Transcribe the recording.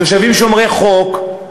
תושבים שומרי חוק,